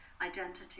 identity